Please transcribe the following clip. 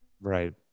Right